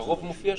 ירוק מופיע שם.